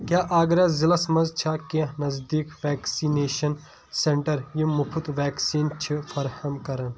کیٛاہ آگرہ ضلعس مَنٛز چھا کیٚنٛہہ نزدیٖک ویٚکسِنیشَن سینٹر یِم مُفٕت ویٚکسیٖن چھِ فراہَم کران؟